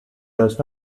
does